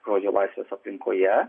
žodžio laisvės aplinkoje